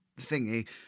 thingy